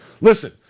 Listen